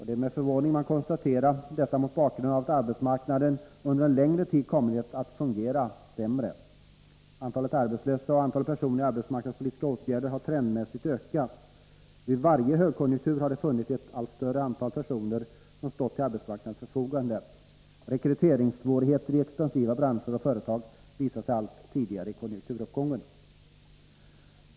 Det är med förvåning man konstaterar detta mot bakgrund av att arbetsmarknaden under en längre tid kommit att fungera allt sämre. Antalet arbetslösa och antalet personer sysselsatta genom arbetsmarknadspolitiska åtgärder har trendmässigt ökat. Vid varje högkonjunktur har ett allt större antal personer stått till arbetsmarknadens förfogande. Rekryteringssvårigheter i expansiva branscher och företag visar sig allt tidigare i konjunkturuppgången.